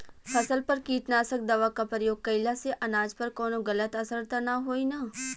फसल पर कीटनाशक दवा क प्रयोग कइला से अनाज पर कवनो गलत असर त ना होई न?